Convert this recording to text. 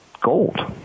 gold